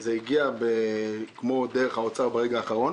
על נושא שהגיע ברגע האחרון